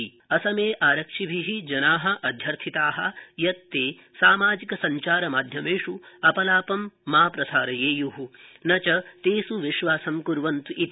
असमे आरक्षिण असमे आरक्षिभि जना अध्यर्थिता यत् ते सामाजिक सञ्चारमाध्यमेष् अपलापं मा प्रसारयेय न च तेष् विश्वासं कुर्वन्त्विति